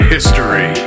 History